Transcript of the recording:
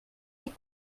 les